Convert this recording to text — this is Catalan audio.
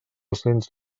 cents